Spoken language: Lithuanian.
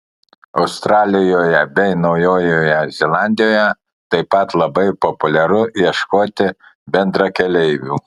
australijoje bei naujojoje zelandijoje taip pat labai populiaru ieškoti bendrakeleivių